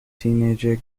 teenager